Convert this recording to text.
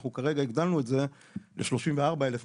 אנחנו כרגע הגדלנו את זה ל-34,000 משפחות.